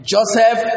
Joseph